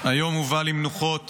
היום הובא למנוחות